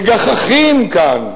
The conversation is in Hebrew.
מגחכים כאן.